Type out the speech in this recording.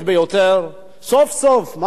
סוף-סוף, מה שבאמת אז,